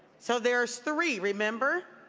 so there is three. remember?